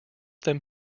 them